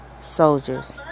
soldiers